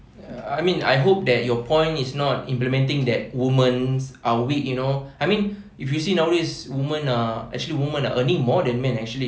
ya I mean I hope that your point is not implementing that women are weak you know I mean if you see nowadays women are actually women are earning more than men actually